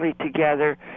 together